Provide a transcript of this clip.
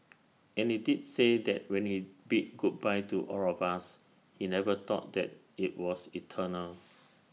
and he did say that when he bid goodbye to all of us he never thought that IT was eternal